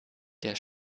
der